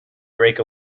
break